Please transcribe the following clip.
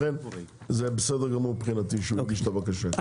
לכן זה בסדר גמור מבחינתי שהוא הגיש את הבקשה.